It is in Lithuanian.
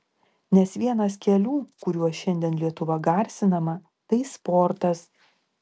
nes vienas kelių kuriuo šiandien lietuva garsinama tai sportas